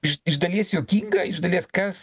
iš iš dalies juokinga iš dalies kas